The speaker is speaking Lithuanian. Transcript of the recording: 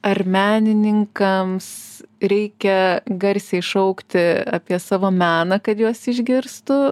ar menininkams reikia garsiai šaukti apie savo meną kad juos išgirstų